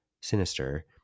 sinister